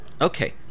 Okay